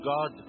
God